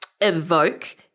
evoke